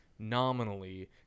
nominally